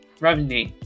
revenue